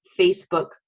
Facebook